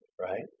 right